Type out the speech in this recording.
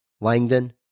Langdon